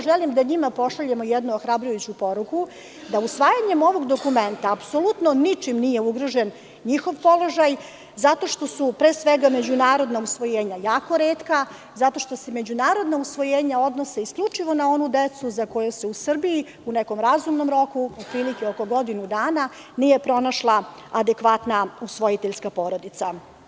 Želim da njima pošaljemo jednu ohrabrujuću poruku, a to je da usvajanjem ovog dokumenta apsolutno ničim nije ugrožen njihov položaj zato što su međunarodna usvojenja jako retka, zato što se međunarodna usvojenja odnose isključivo na onu decu za koju se u Srbiji, u nekom razumnom roku, otprilike godinu dana, nije pronašla adekvatna usvojiteljska porodica.